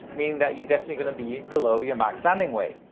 meaning that you're definitely gonna be below your max landing weight.